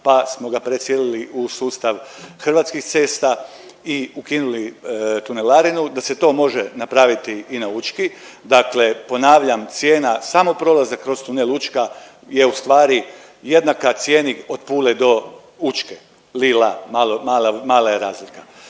pa smo ga preselili u sustav Hrvatskih cesta i ukinuli tunelarinu da se to može napraviti i na Učki. Dakle ponavljam cijena samo prolaza kroz tunel Učka je u stvari jednaka cijeni od Pule do Učke li-la. Malo, mala je razlika.